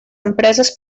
empreses